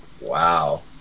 Wow